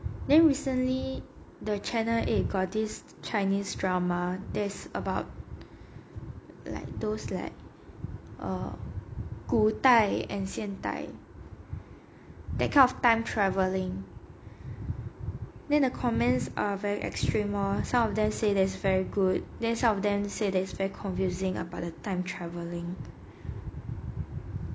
then recently the channel eight got this chinese drama that's about like those like 古代 and 现代 that kind of time traveling then the comments are very extreme lor some say that it's very good then some of them say that it's very confusing about the time travelling